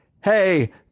hey